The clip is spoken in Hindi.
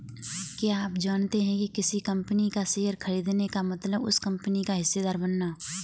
क्या आप जानते है किसी कंपनी का शेयर खरीदने का मतलब उस कंपनी का हिस्सेदार बनना?